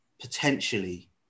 potentially